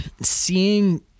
seeing